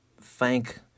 thank